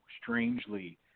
strangely